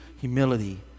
humility